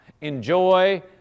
Enjoy